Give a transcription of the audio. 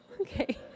Okay